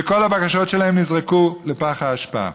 וכל הבקשות שלהם נזרקו לפח האשפה.